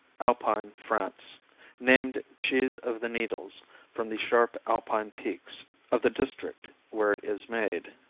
alpine france named cheese of the needles from the sharp alpine peaks of the district where it is made.